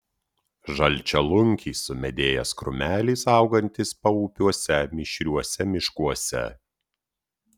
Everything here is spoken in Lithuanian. žalčialunkis sumedėjęs krūmelis augantis paupiuose mišriuose miškuose